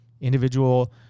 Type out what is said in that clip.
individual